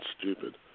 stupid